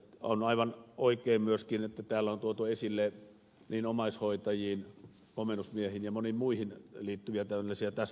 on aivan oikein myöskin että täällä on tuotu esille niin omaishoitajiin komennusmiehiin kuin moniin muihin liittyviä täsmäverokysymyksiä